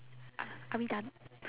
a~ are we done